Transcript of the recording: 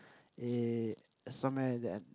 eh somewhere that